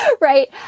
right